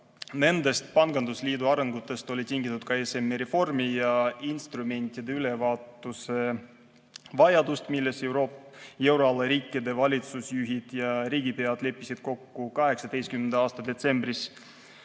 Nendest pangandusliidu arengusuundadest oli tingitud ka ESM-i reformi ja instrumentide ülevaatuse vajadus, milles Euroopa euroala riikide valitsusjuhid ja riigipead leppisid kokku 2018. aasta detsembris